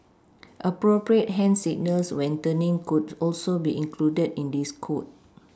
appropriate hand signals when turning could also be included in this code